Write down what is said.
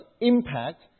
impact